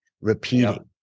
repeating